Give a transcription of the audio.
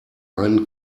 einen